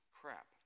crap